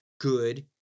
good